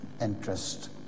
interest